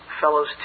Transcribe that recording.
fellows